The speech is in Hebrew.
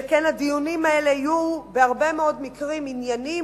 שכן הדיונים האלה יהיו בהרבה מאוד מקרים ענייניים,